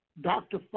Dr